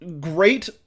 great